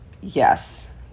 Yes